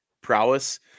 prowess